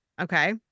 Okay